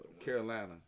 Carolina